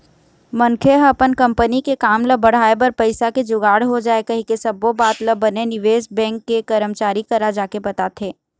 मनखे ह अपन कंपनी के काम ल बढ़ाय बर पइसा के जुगाड़ हो जाय कहिके सब्बो बात ल बने निवेश बेंक के करमचारी करा जाके बताथे